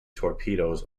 torpedoes